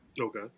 Okay